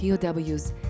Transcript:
POWs